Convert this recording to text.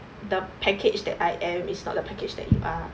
the package that I am is not the package that you are